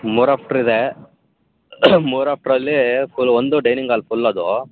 ಮೂರು ಆಫ್ಟ್ರ್ ಇದೇ ಮೂರು ಆಫ್ಟ್ರ್ಲ್ಲೀ ಫುಲ್ ಒಂದು ಡೈನಿಂಗ್ ಆಲ್ ಫುಲ್ ಅದು